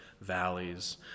valleys